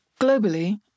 Globally